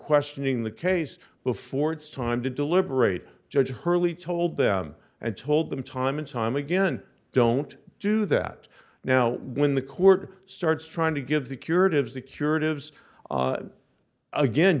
questioning the case before it's time to deliberate judge hurley told them and told them time and time again don't do that now when the court starts trying to give the curative the curative again